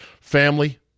family